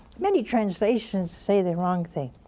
many translations say the wrong thing.